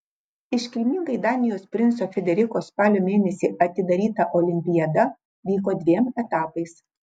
iškilmingai danijos princo frederiko spalio mėnesį atidaryta olimpiada vyko dviem etapais